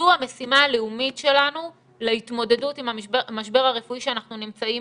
זו המשימה הלאומית שלנו להתמודדות עם המשבר הרפואי שאנחנו נמצאים